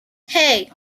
hey